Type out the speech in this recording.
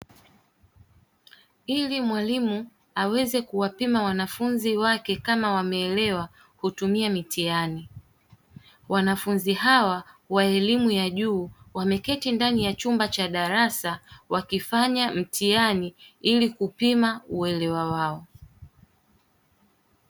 Ili mwalimu aweze kuwapima wanafunzi wake kama wameelewa hutumia mitihani, wanafunzi hawa wa elimu ya juu wameketi ndani ya chumba cha darasa wakifanya mtihani ili kuwapima uelewa wao.